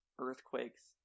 earthquakes